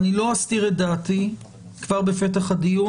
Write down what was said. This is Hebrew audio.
אני לא אסתיר את דעתי כבר בפתח הדיון.